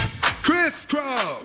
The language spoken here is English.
Crisscross